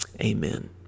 amen